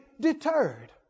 deterred